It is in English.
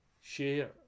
share